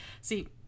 See